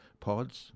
pods